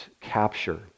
capture